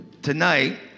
Tonight